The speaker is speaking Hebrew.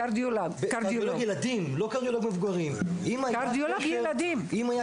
קרדיולוג ילדים, לא קרדיולוג מבוגרים.